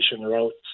routes